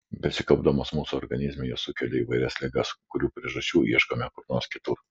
besikaupdamos mūsų organizme jos sukelia įvairias ligas kurių priežasčių ieškome kur nors kitur